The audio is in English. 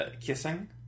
kissing